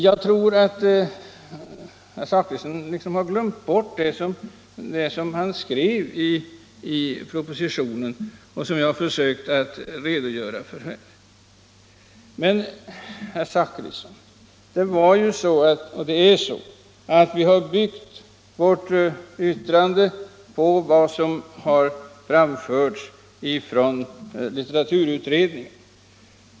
Herr Zachrisson har liksom glömt vad han skrev i propositionen och som jag har försökt att redogöra för här. Men, herr Zachrisson, det är ju så, att vi har byggt vårt yttrande på vad som har framförts av litteraturutredningen.